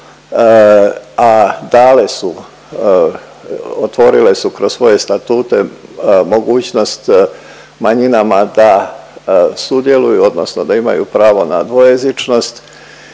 a dale su otvorile su kroz svoje statute mogućnost manjinama da sudjeluju odnosno da imaju pravo na dvojezičnost